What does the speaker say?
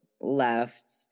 left